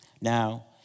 now